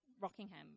Rockingham